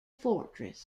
fortress